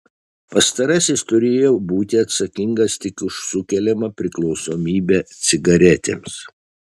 pastarasis turėjo būti atsakingas tik už sukeliamą priklausomybę cigaretėms